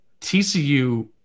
TCU